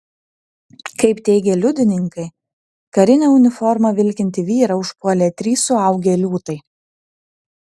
kaip teigia liudininkai karine uniforma vilkintį vyrą užpuolė trys suaugę liūtai